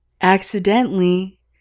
accidentally